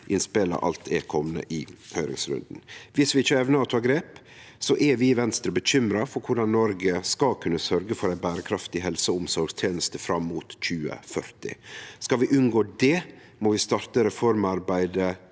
innspela alt er komne i høyringsrunden. Om vi ikkje evnar å ta grep, er vi i Venstre bekymra for korleis Noreg skal kunne sørgje for ei berekraftig helse- og omsorgsteneste fram mot 2040. Skal vi unngå det, må vi starte reformarbeidet